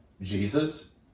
Jesus